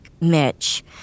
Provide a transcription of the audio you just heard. Mitch